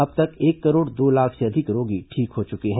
अब तक एक करोड़ दो लाख से अधिक रोगी ठीक हो चुके हैं